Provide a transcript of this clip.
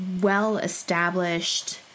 well-established